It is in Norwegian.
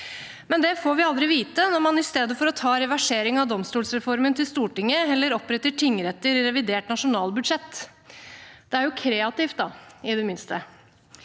vi imidlertid aldri vite, når man i stedet for å ta reversering av domstolsreformen til Stortinget heller oppretter tingretter i revidert nasjonalbudsjett. Det er jo kreativt, i det minste.